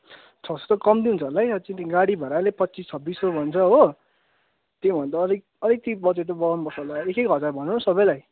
छ सय त कम्ती हुन्छ होला है अझै त्यो गाडी भाडाले पच्चिस छब्बिस सय भन्छ हो त्योभन्दा अझै अलिकति बजट बढाउनुपर्छ होला एक एक हजार भनौँ ल सबैलाई